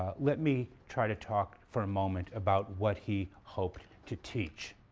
let me try to talk for a moment about what he hoped to teach